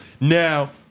Now